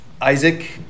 isaac